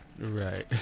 Right